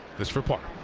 this for par.